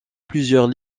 plusieurs